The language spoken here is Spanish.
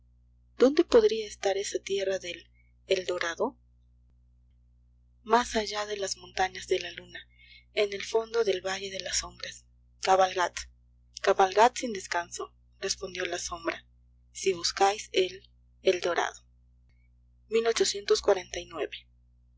dónde podría estar esa tierra del eldorado más allá de las montañas de la luna en el fondo del valle de las sombras cabalgad cabalgad sin descanso respondió la sombra si buscáis el eldorado